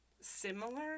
similar